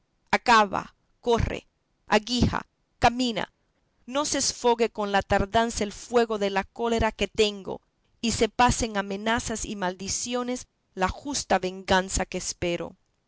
acaba corre aguija camina no se esfogue con la tardanza el fuego de la cólera que tengo y se pase en amenazas y maldiciones la justa venganza que espero